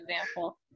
example